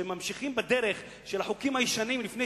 כשממשיכים בדרך של החוקים הישנים לפני